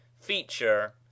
Feature